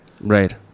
Right